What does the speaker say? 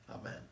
amen